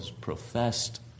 professed